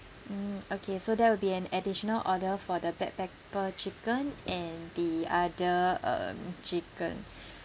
mm okay so that will be an additional order for the black pepper chicken and the other um chicken